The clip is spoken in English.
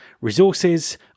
resources